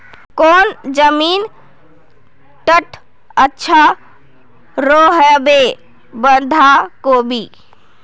कौन जमीन टत अच्छा रोहबे बंधाकोबी?